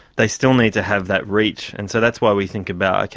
they still need to have that reach, and so that's why we think about, okay,